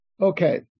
Okay